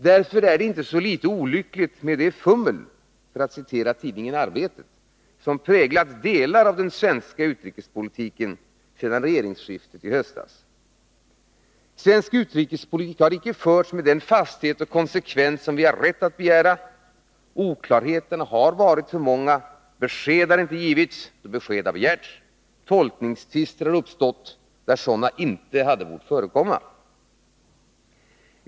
Därför är det inte så litet olyckligt med det ”fummel” — för att citera tidningen Arbetet — som präglat delar av den svenska utrikespolitiken sedan regeringsskiftet i höstas. Svensk utrikespolitik har icke förts med den fasthet och konsekvens som vi har rätt att begära. Oklarheterna har varit för många. Besked har icke givits då besked har begärts. Tolkningstvister har uppstått där sådana inte bort förekomma.